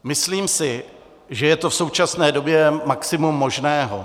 Myslím si, že je to v současné době maximum možného.